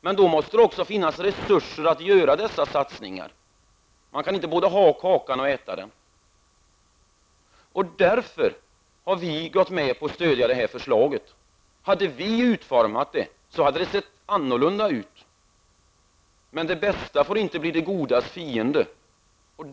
Men då måste det också finnas resurser för dessa satsningar. Man kan inte både ha kakan och äta upp den. Det är därför som vi i vänsterpartiet stöder det här förslaget, men förslaget hade sett annorlunda ut om vi hade utformat det. Det bästa får dock inte bli det godas fiende.